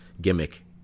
gimmick